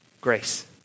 grace